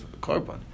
carbon